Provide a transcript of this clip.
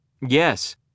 Yes